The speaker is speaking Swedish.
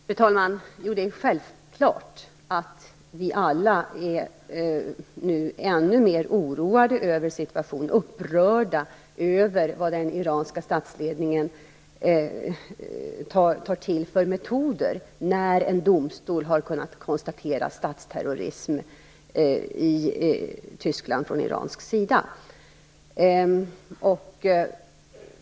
Fru talman! Det är självklart att vi alla nu är ännu mera oroade över situationen. Vi är upprörda över den iranska statsledningens metoder när en domstol har kunnat konstatera statsterrorism i Tyskland från iransk sida.